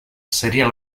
seria